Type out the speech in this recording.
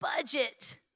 budget